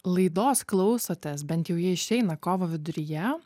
laidos klausotės bent jau ji išeina kovo viduryje